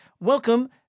Welcome